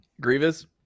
Grievous